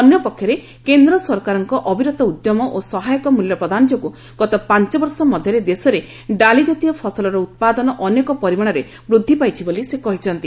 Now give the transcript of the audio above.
ଅନ୍ୟ ପକ୍ଷରେ କେନ୍ଦ୍ର ସରକାରଙ୍କ ଅବିରତ ଉଦ୍ୟମ ଓ ସହାୟକ ମୂଲ୍ୟ ପ୍ରଦାନ ଯୋଗୁଁ ଗତ ପାଞ୍ଚ ବର୍ଷ ମଧ୍ୟରେ ଦେଶରେ ଡାଲି ଜାତୀୟ ଫସଲର ଉତ୍ପାଦନ ଅନେକ ପରିମାଣରେ ବୃଦ୍ଧି ପାଇଛି ବୋଲି ସେ କହିଛନ୍ତି